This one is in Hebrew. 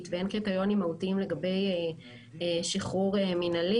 ואין קריטריונים מהותיים לגבי שחרור מינהלי,